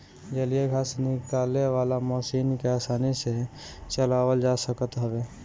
जलीय घास निकाले वाला मशीन के आसानी से चलावल जा सकत हवे